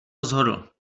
rozhodl